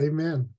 Amen